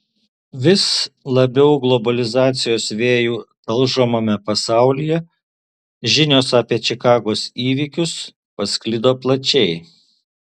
vis labiau globalizacijos vėjų talžomame pasaulyje žinios apie čikagos įvykius pasklido plačiai